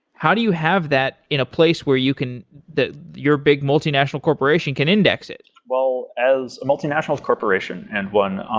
how do you have that in a place where you can your your big multi-national corporation can index it? well, as a multi-national corporation and one um